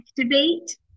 activate